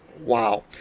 wow